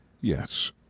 Yes